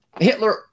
Hitler